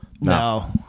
No